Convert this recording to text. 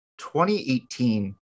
2018